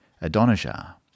Adonijah